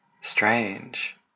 strange